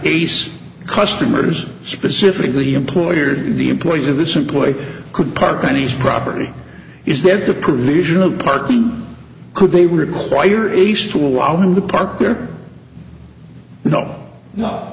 ace customers specifically employer the employees of this employee could park a nice property is that the provision of parking could they require ace to allow them to park here no no